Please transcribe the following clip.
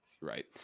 right